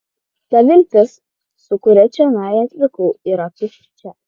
ta viltis su kuria čionai atvykau yra tuščia